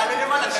תעלה למעלה,